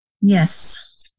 Yes